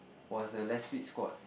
was a less fit squad